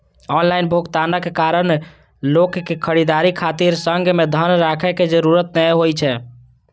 online भुगतानक कारण लोक कें खरीदारी खातिर संग मे धन राखै के जरूरत नै होइ छै